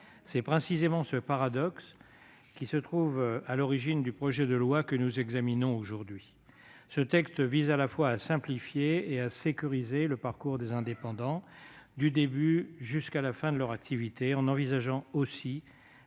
C'est précisément ce paradoxe qui se trouve à l'origine du projet de loi que nous examinons aujourd'hui. Ce texte vise à la fois à simplifier et à sécuriser le parcours des indépendants, du début jusqu'à la fin de leur activité, en envisageant aussi